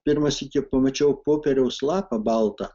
pirmą sykį pamačiau popieriaus lapą baltą